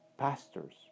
Pastors